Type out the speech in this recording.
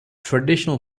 traditional